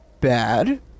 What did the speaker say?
bad